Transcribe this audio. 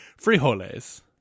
Frijoles